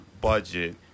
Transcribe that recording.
budget